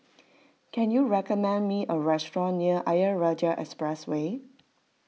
can you recommend me a restaurant near Ayer Rajah Expressway